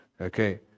Okay